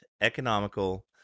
economical